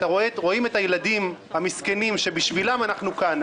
רואים את הילדים המסכנים שבשבילם אנחנו כאן,